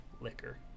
liquor